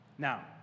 Now